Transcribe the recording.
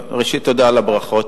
ראשית, תודה על הברכות.